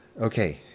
Okay